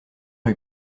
eut